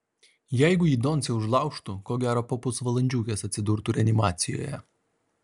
jeigu jį doncė užlaužtų ko gero po valandžiukės atsidurtų reanimacijoje